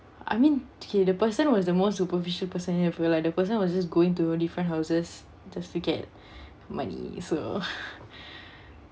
I mean okay the person wass the most superficial person ever lah like the person was just going to different houses just to get money so